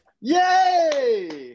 Yay